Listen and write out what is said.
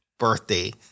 birthday